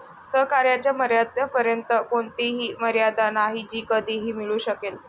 सहकार्याच्या मर्यादेपर्यंत कोणतीही मर्यादा नाही जी कधीही मिळू शकेल